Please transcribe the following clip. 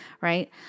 Right